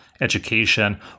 education